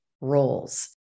roles